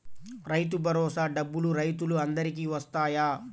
రైతు భరోసా డబ్బులు రైతులు అందరికి వస్తాయా?